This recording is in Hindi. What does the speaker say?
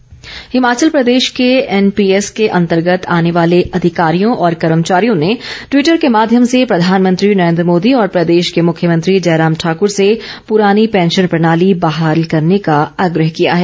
एनपीएस हिमाचल प्रदेश के एनपीएस के अंतर्गत आने वाले अधिकारियों और कर्मचारियों ने ट्विटर के माध्यम से प्रधानमंत्री नरेन्द्र मोदी और प्रदेश के मुख्यमंत्री जयराम ठाकुर से पुरानी पैंशन प्रणाली बहाल करने का आग्रह किया है